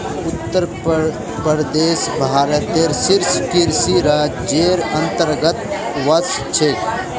उत्तर प्रदेश भारतत शीर्ष कृषि राज्जेर अंतर्गतत वश छेक